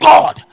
God